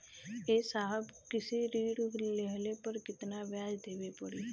ए साहब कृषि ऋण लेहले पर कितना ब्याज देवे पणी?